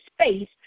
space